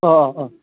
अह अह अह